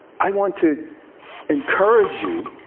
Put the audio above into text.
i want to encourage you